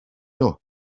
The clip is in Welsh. nhw